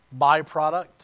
byproduct